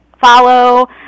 follow